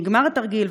נגמר התרגיל,